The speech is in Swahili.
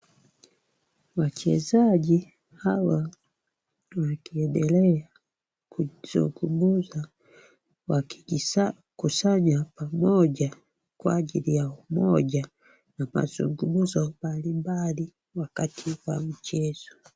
Wachezaji hawa wakiendelea kuzungumza wakijikusanya pamoja kwa ajili ya umoja na mazungumzo mbali mbali wakati wa mchezo.